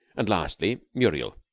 and, lastly, muriel.